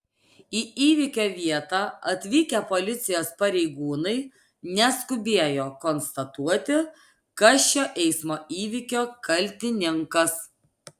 į įvykio vietą atvykę policijos pareigūnai neskubėjo konstatuoti kas šio eismo įvykio kaltininkas